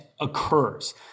occurs